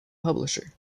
publisher